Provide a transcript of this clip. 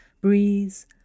breeze